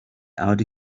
out